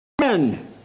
men